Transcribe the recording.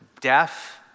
deaf